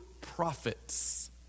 prophets